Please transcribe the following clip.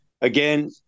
Again